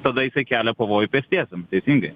tada jisai kelia pavojų pėstiesiam teisingai